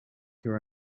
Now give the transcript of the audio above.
your